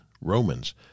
Romans